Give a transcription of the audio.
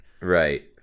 right